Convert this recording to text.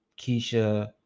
Keisha